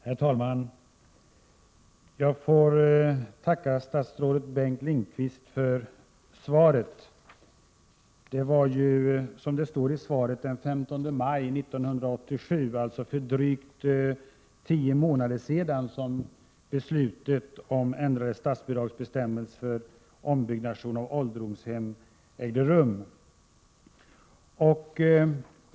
Herr talman! Jag får tacka statsrådet Bengt Lindqvist för svaret. Det var ju, som det står i svaret, den 15 maj 1987 — alltså för drygt tio månader sedan — som beslutet om ändrade statsbidragsbestämmelser för ombyggnad av ålderdomshem fattades.